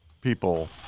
people